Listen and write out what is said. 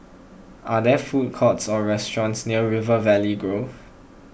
are there food courts or restaurants near River Valley Grove